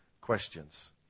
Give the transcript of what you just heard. questions